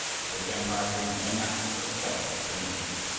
the big empire proved no match for the clever japanese,